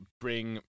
bring